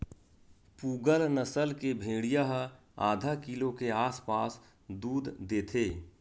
पूगल नसल के भेड़िया ह आधा किलो के आसपास दूद देथे